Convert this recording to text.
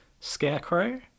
scarecrow